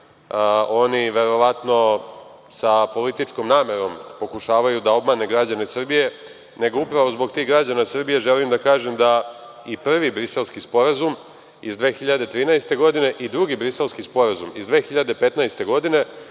oni verovatno sa političkom namerom pokušavaju da obmanu građane Srbije, nego upravo zbog tih građana Srbije želim da kažem da i prvi Briselski sporazum iz 2013. godine i drugi Briselski sporazum iz 2015. godine,